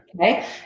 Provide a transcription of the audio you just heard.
okay